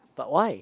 but why